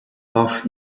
warf